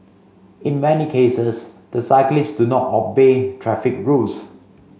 in many cases the cyclists do not obey traffic rules